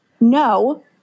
no